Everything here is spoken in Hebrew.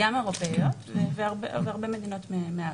גם אירופאיות והרבה מדינות מאפריקה.